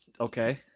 Okay